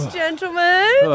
gentlemen